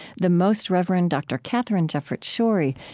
the most reverend dr. katharine jefferts schori,